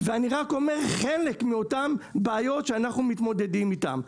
ואני רק אומר חלק מאותם בעיות שאנחנו מתמודדים איתם,